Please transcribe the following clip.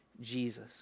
Jesus